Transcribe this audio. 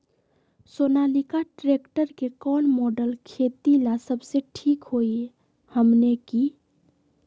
Sonalika tractor के कौन model खेती ला सबसे ठीक होई हमने की?